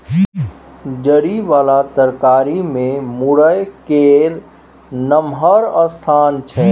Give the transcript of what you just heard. जरि बला तरकारी मे मूरइ केर नमहर स्थान छै